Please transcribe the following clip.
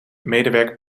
medewerker